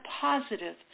positive